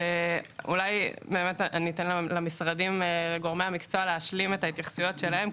אני אתן לגורמי המקצוע להשלים את ההתייחסויות שלהם,